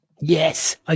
Yes